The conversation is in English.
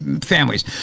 families